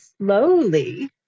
slowly